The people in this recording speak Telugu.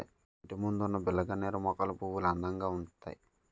ఇంటిముందున్న బిల్లగన్నేరు మొక్కల పువ్వులు అందంగా ఉంతాయి